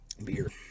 beer